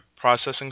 processing